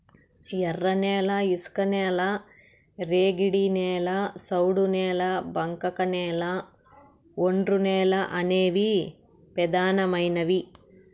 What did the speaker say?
ఎర్రనేల, ఇసుకనేల, ర్యాగిడి నేల, సౌడు నేల, బంకకనేల, ఒండ్రునేల అనేవి పెదానమైనవి